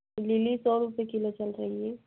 lily सौ रूपए kilo चल रही है